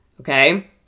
Okay